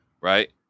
right